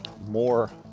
more